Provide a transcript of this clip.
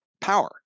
power